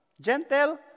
Gentle